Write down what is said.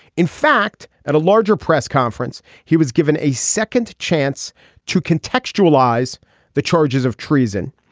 in fact at a larger press conference he was given a second chance to contextualize the charges of treason.